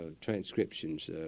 transcriptions